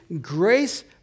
grace